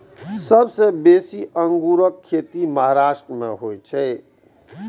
सबसं बेसी अंगूरक खेती महाराष्ट्र मे होइ छै